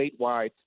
statewide